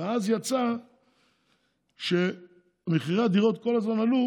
ואז יצא שמחירי הדירות כל הזמן עלו,